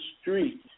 street